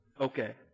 Okay